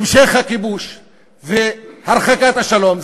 המשך הכיבוש והרחקת השלום,